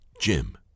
Jim